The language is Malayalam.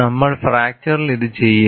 നമ്മൾ ഫ്രാക്ച്ചറിൽ ഇത് ചെയ്യില്ല